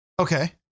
Okay